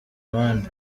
bandi